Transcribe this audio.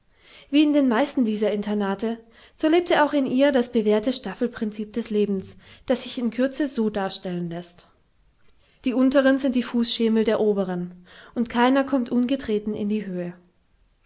wie in den meisten dieser internate so lebte auch in ihr das bewährte staffelprinzip des lebens das sich in kürze so darstellen läßt die unteren sind die fußschemel der oberen und keiner kommt ungetreten in die höhe